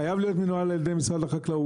חייב להיות מנוהל על ידי משרד החקלאות.